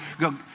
go